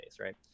right